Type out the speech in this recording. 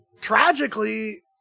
tragically